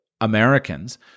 Americans